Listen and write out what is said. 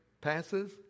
passes